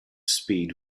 speed